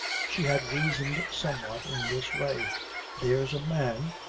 she had reasoned somewhat in this way there's a man,